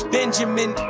Benjamin